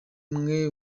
umwe